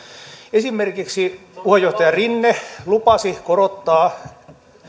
esimerkiksi puheenjohtaja rinne lupasi korottaa